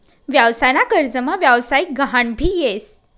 व्यवसाय ना कर्जमा व्यवसायिक गहान भी येस